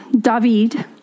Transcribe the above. David